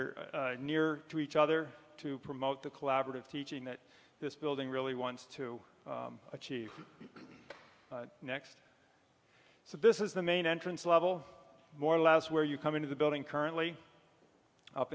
are near to each other to promote the collaborative teaching that this building really wants to achieve next so this is the main entrance level more laos where you come into the building currently up